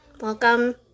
Welcome